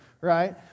right